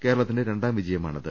കേരളത്തിന്റെ രണ്ടാം വിജയ മാണിത്